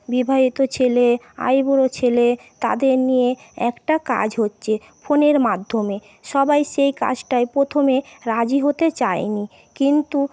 বিবাহিত ছেলে আইবুড়ো ছেলে তাদের নিয়ে একটা কাজ হচ্ছে ফোনের মাধ্যমে সবাই সেই কাজটায় প্রথমে রাজি হতে চায়নি কিন্তু